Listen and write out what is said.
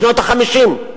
בשנות ה-50,